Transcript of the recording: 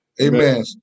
Amen